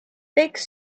fake